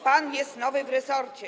Pan jest nowy w resorcie.